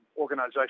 organisation